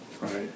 Right